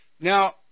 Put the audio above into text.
Now